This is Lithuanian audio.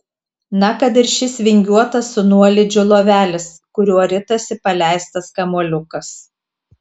na kad ir šis vingiuotas su nuolydžiu lovelis kuriuo ritasi paleistas kamuoliukas